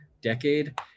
decade